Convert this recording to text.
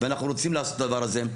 ואנחנו רוצים לעשות את הדבר הזה.